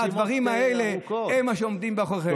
אבל הדברים האלה הם שעומדים בעוכריכם.